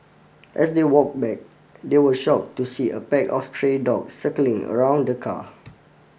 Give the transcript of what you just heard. as they walk back they were shock to see a pack of stray dogs circling around the car